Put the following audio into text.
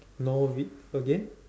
no vet again